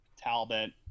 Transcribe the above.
Talbot